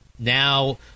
Now